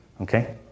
okay